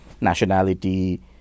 nationality